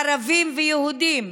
ערבים ויהודים,